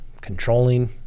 controlling